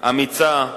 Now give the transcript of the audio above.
אמיצה,